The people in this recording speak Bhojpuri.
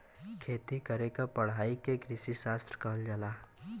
खेती करे क पढ़ाई के कृषिशास्त्र कहल जाला